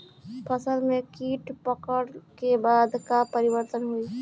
फसल में कीट पकड़ ले के बाद का परिवर्तन होई?